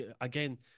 again